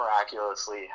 miraculously